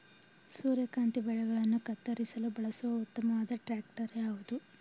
ಸೂರ್ಯಕಾಂತಿ ಬೆಳೆಗಳನ್ನು ಕತ್ತರಿಸಲು ಬಳಸುವ ಉತ್ತಮವಾದ ಟ್ರಾಕ್ಟರ್ ಯಾವುದು?